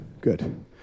good